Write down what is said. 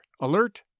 alert